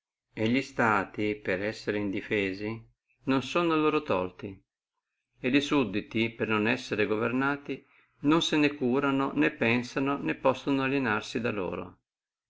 e li stati per essere indifesi non sono loro tolti e li sudditi per non essere governati non se ne curano né pensano né possono alienarsi da loro